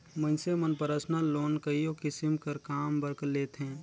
मइनसे मन personal loan कइयो किसिम कर काम बर लेथें